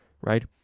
right